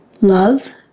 Love